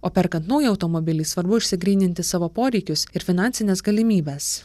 o perkant naują automobilį svarbu išsigryninti savo poreikius ir finansines galimybes